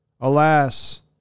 Alas